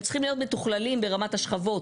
הם צריכים להיות מתוכללים ברמת השכבות.